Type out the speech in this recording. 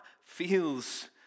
feels